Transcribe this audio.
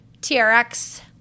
TRX